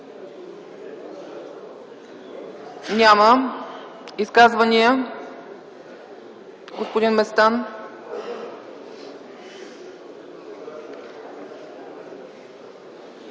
Няма. Изказвания? Господин Местан.